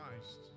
Christ